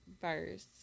verse